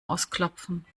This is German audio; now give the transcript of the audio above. ausklopfen